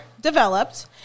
developed